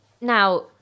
Now